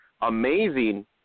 amazing